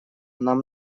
нам